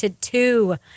Two